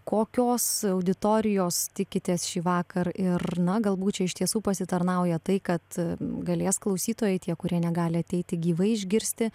kokios auditorijos tikitės šįvakar ir na galbūt čia iš tiesų pasitarnauja tai kad galės klausytojai tie kurie negali ateiti gyvai išgirsti